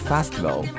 Festival